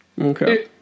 Okay